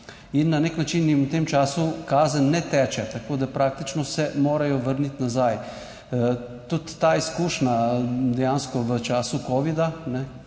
in na nek način jim v tem času kazen ne teče. Tako da praktično se morajo vrniti nazaj. Tudi ta izkušnja dejansko v času covida,